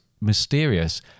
mysterious